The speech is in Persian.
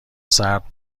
سرد